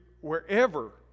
wherever